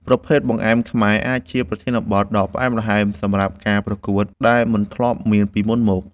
ប្រភេទ បង្អែមខ្មែរ អាចជាប្រធានបទដ៏ផ្អែមល្ហែមសម្រាប់ការប្រកួតដែលមិនធ្លាប់មានពីមុនមក។